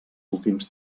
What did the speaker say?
últims